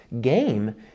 game